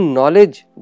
Knowledge